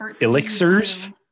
elixirs